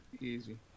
Easy